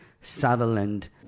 Sutherland